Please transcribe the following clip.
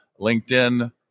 LinkedIn